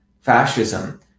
fascism